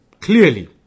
clearly